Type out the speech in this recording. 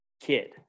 kid